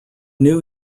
new